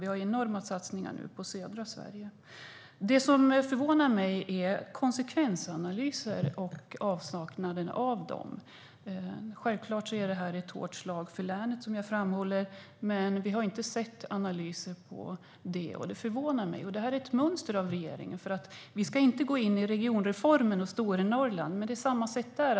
Det görs enorma satsningar i södra Sverige. Det som förvånar mig är avsaknaden av konsekvensanalyser. Självklart är det ett hårt slag för länet, men vi har inte sett någon analys, vilket förvånar mig. Det är ett mönster hos regeringen. Vi ska inte gå in på regionreformen och Stornorrland, men det är samma sak där.